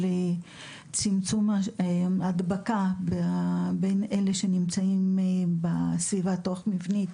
צמצום ההדבקה בין אלה שנמצאים בסביבה תוך מבנית,